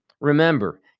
remember